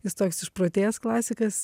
jis toks išprotėjęs klasikas